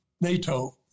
NATO